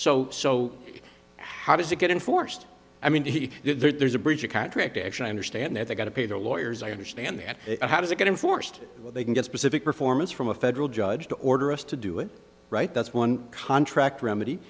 so so how does it get in forced i mean he there's a breach of contract actually i understand that they've got to pay their lawyers i understand that how does it get in forced where they can get specific performance from a federal judge to order us to do it right that's one contract remedy